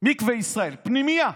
מקווה ישראל, פנימייה,